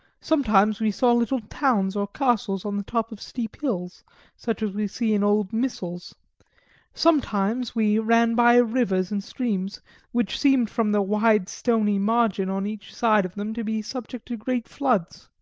sometimes we saw little towns or castles on the top of steep hills such as we see in old missals sometimes we ran by rivers and streams which seemed from the wide stony margin on each side of them to be subject to great floods.